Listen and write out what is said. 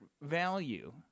value